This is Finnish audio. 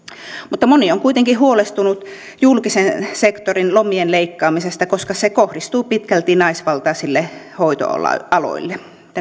mutta moni on kuitenkin huolestunut julkisen sektorin lomien leikkaamisesta koska se kohdistuu pitkälti naisvaltaisille hoitoaloille